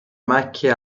macchie